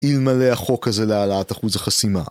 אלמלא החוק הזה להעלאת אחוז החסימה